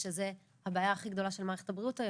שזאת הבעיה הכי גדולה של מערכת הבריאות.